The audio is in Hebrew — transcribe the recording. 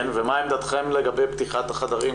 ומה עמדתכם לגבי פתיחת החדרים,